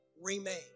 remain